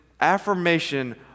affirmation